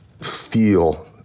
feel